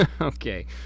okay